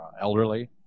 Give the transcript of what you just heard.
elderly